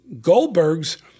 Goldberg's